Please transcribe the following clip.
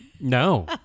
No